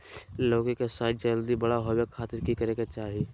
लौकी के साइज जल्दी बड़ा होबे खातिर की करे के चाही?